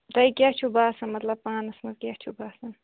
تۅہہِ کیٛاہ چھُو باسان مطلب پانَس منٛز کیٛاہ چھُو باسان